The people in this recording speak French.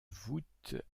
voûte